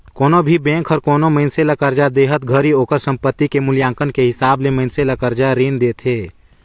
कोनो भी बेंक हर कोनो मइनसे ल करजा देहत घरी ओकर संपति के मूल्यांकन के हिसाब ले मइनसे ल करजा रीन देथे